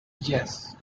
yes